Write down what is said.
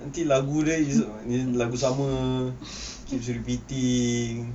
nanti lagu dia is lagu sama keeps repeating